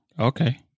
Okay